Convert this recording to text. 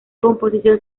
composición